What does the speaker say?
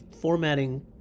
formatting